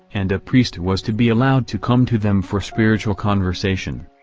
and a priest was to be allowed to come to them for spiritual conversation.